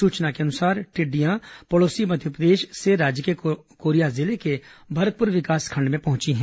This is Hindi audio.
सूचना के अनुसार टिड्डियां पड़ोसी मध्यप्रदेश से राज्य के कोरिया जिले के भरतपुर विकासखंड में पहुंची हैं